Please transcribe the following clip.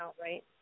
right